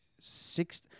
six